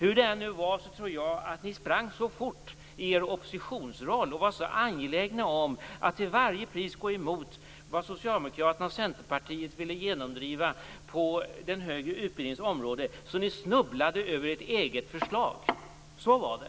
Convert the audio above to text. Hur det än var tror jag att ni sprang så fort i er oppositionsroll och var så angelägna om att till varje pris gå emot vad Socialdemokraterna och Centerpartiet ville genomdriva på den högre utbildningens område att ni snubblade över ert eget förslag. Så var det!